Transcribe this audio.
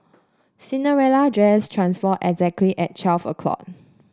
Cinderella dress transformed exactly at twelve o'clock